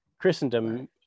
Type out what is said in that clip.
Christendom